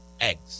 Eggs